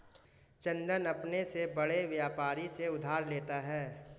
चंदन अपने से बड़े व्यापारी से उधार लेता है